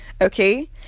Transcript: Okay